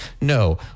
No